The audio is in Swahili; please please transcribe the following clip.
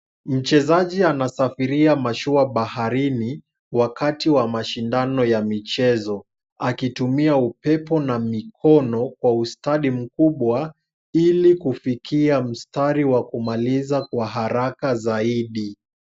Mchezaji anasafiria mashua baharini, wakati wa mashindano ya michezo, akitumia upepo na mikono kwa ustadi mkubwa, ili kufikia mstari wa kumaliza kwa haraka zaidi.